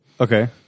Okay